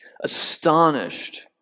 astonished